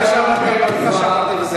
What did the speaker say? כפי שאמרתי,